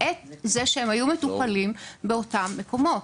בעת בה הם היו מטופלים באותם מקומות.